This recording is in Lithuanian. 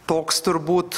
toks turbūt